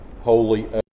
holy